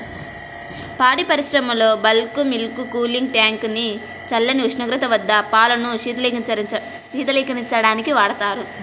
పాడి పరిశ్రమలో bulk milk cooling tank ని చల్లని ఉష్ణోగ్రత వద్ద పాలను శీతలీకరించడానికి వాడతారు